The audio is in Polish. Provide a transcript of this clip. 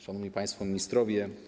Szanowni Państwo Ministrowie!